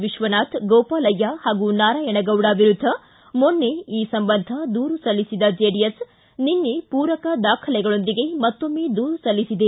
ವಿಶ್ವನಾಥ್ ಗೋಪಾಲಯ್ಯ ಹಾಗೂ ನಾರಾಯಣಗೌಡ ವಿರುದ್ಧ ಮೊನ್ನೆ ಈ ಸಂಬಂಧ ದೂರು ಸಲ್ಲಿಸಿದ ಜೆಡಿಎಸ್ ನಿನ್ನೆ ಪೂರಕ ದಾಖಲೆಗಳೊಂದಿಗೆ ಮತ್ತೊಮ್ನೆ ದೂರು ಸಲ್ಲಿಸಿದೆ